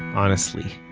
honestly.